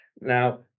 now